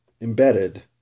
embedded